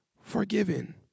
forgiven